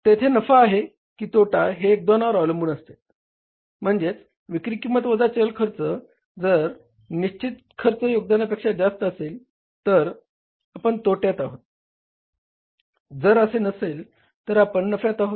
तेथे नफा आहे की तोटा हे योगदानावर अवलंबून असते म्हणजेच विक्री किंमत वजा चल खर्च जर निश्चित खर्च योगदानापेक्षा जास्त असेल तर आपण तोट्यात आहोत जर असे नसेल तर आपण नफ्यात आहोत